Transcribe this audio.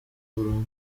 burundu